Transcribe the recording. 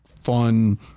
fun